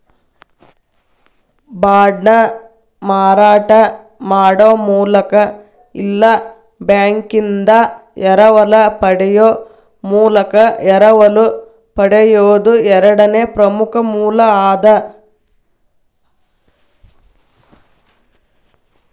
ಬಾಂಡ್ನ ಮಾರಾಟ ಮಾಡೊ ಮೂಲಕ ಇಲ್ಲಾ ಬ್ಯಾಂಕಿಂದಾ ಎರವಲ ಪಡೆಯೊ ಮೂಲಕ ಎರವಲು ಪಡೆಯೊದು ಎರಡನೇ ಪ್ರಮುಖ ಮೂಲ ಅದ